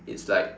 it's like